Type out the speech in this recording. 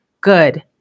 good